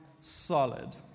solid